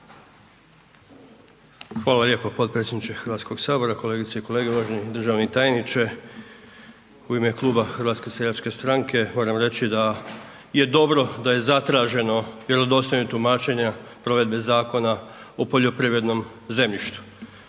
Hvala lijepo potpredsjedniče Hrvatskog sabora, kolegice i kolege, uvaženi državni tajniče. U ime kluba HSS-a moram reći da je dobro da je zatraženo vjerodostojno tumačenje provedbe Zakona o poljoprivrednom zemljištu.